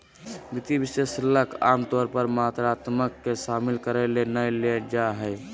वित्तीय विश्लेषक आमतौर पर मात्रात्मक के शामिल करय ले नै लेल जा हइ